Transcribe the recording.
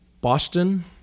Boston